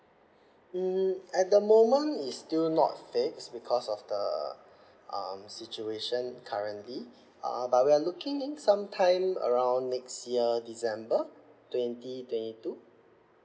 mm at the moment it's still not fixed because of the um situation currently uh but we're looking sometime around next year december twenty twenty two